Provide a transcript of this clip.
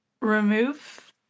remove